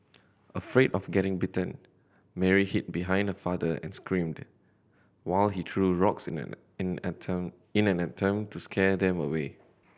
afraid of getting bitten Mary hid behind her father and screamed while he threw rocks in an in attempt in an attempt to scare them away